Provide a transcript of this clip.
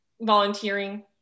volunteering